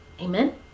Amen